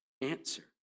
answer